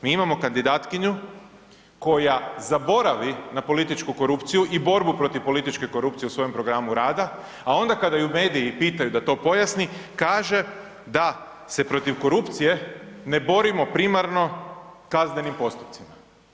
Mi imamo kandidatkinju koja zaboravi na političku korupciju i borbu protiv političke korupcije u svojem programu rada, a onda kada ju mediji pitaju da to pojasni kaže da se protiv korupcije ne borimo primarno kaznenim postupcima.